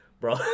bro